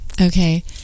Okay